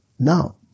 Now